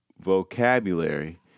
vocabulary